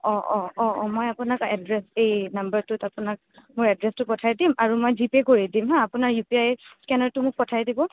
অঁ অঁ অঁ অঁ মই আপোনাক এড্ৰেচ এই নাম্বাৰটোত আপোনাক মোৰ এড্ৰেছটো পঠাই দিম আৰু মই জি পে' কৰি দিম হা আপোনাৰ ইউ পি আই স্কেনাৰটো মোক পঠাই দিব